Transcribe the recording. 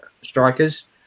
strikers